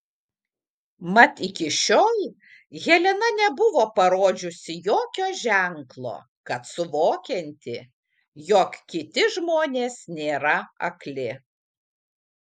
mat iki šiol helena nebuvo parodžiusi jokio ženklo kad suvokianti jog kiti žmonės nėra akli